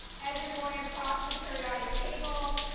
as you're going across the periodic table,